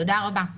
תודה רבה.